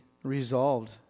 resolved